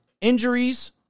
injuries